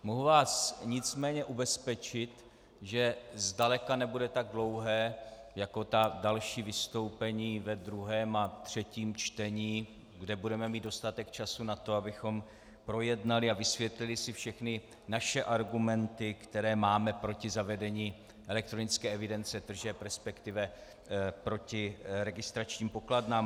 Mohu vás nicméně ubezpečit, že zdaleka nebude tak dlouhé jako ta další vystoupení ve druhém a třetím čtení, kde budeme mít dostatek času na to, abychom projednali a vysvětlili si všechny naše argumenty, které máme proti zavedení elektronické evidence tržeb, respektive proti registračním pokladnám.